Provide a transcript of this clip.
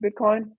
Bitcoin